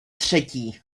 třetí